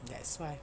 that's why